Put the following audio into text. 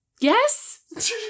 Yes